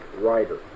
writer